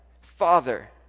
Father